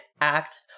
act